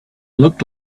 looked